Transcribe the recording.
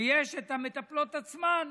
ויש את המטפלות עצמן,